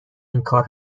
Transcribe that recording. اینکار